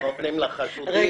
לא נותנים לחשודים חומר.